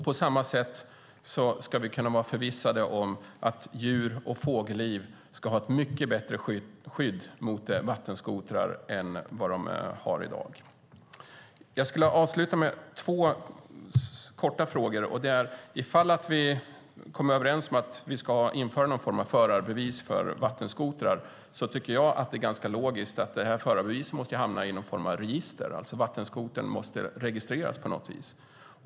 På samma sätt ska vi kunna vara förvissade om att djur och fågelliv ska ha ett mycket bättre skydd mot vattenskotrar än i dag. Jag vill avsluta med två korta frågor. Ifall vi kommer överens om att vi ska införa någon form av förarbevis för vattenskotrar tycker jag att det är ganska logiskt att förarbeviset måste hamna i någon form av register. Vattenskotrar måste alltså registreras på något vis.